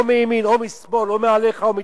או מימין, או משמאל, או מעליך, או מתחתיך,